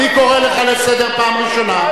אני קורא אותך לסדר פעם ראשונה.